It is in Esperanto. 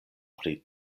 pri